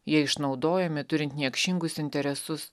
jie išnaudojami turint niekšingus interesus